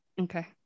Okay